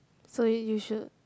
so you you should